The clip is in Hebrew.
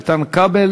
איתן כבל